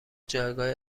جایگاه